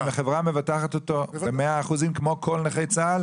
החברה מבטחת אותו ב- 100% כמו כל נכי צה"ל?